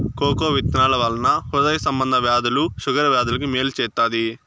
cocoa విత్తనాల వలన హృదయ సంబంధ వ్యాధులు షుగర్ వ్యాధులకు మేలు చేత్తాది